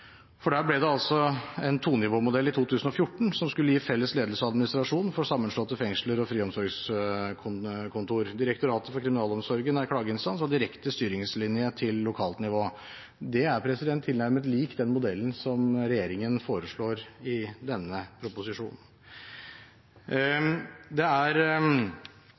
en tonivåmodell som skulle gi felles ledelse og administrasjon for sammenslåtte fengsler og friomsorgskontorer. Direktoratet for kriminalforsorgen er klageinstans og direkte styringslinje til lokalnivået. Det er tilnærmet lik den modellen som regjeringen foreslår i denne proposisjonen. Det er